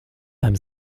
beim